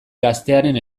gaztearen